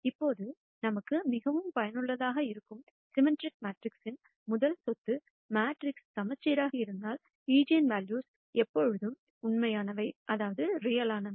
இப்போது நமக்கு மிகவும் பயனுள்ளதாக இருக்கும் சிம்மெட்ரிக் மேட்ரிக்ஸ்க்ஸின் முதல் சொத்து மேட்ரிக்ஸ் சமச்சீராக இருந்தால் ஈஜென்வெல்யூ எப்போதும் உண்மையானவை